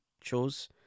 chose